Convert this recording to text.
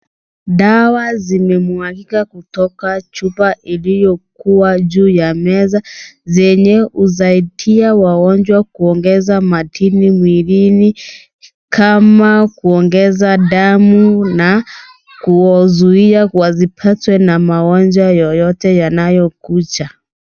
Dawa zimemwagika kutoka chupa iliyokuwa juu ya meza zenye husaidia wagonjwa kuongeza madini mwilini kama kuongeza damu na kuwazuia wasipatwa na magonjwa yoyote yanayokuja.